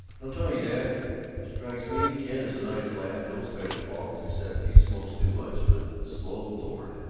i'll tell you, dad it strikes me ken is a nice lad no special faults except he smokes too much but slow, lord!